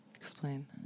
Explain